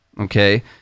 Okay